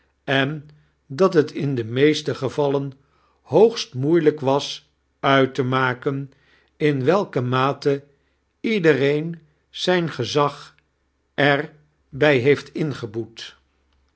en dat het in de meeste gevauen hoogst moeilijk was uit tie makea in welke mate iedereen zijn gezag er bij heeft ingeiboet